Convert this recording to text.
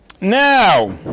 now